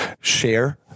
share